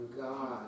God